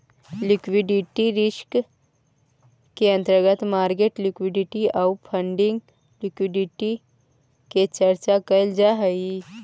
liquidity risk के अंतर्गत market liquidity आउ फंडिंग लिक्विडिटी के चर्चा कैल जा हई